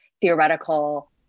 theoretical